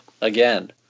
again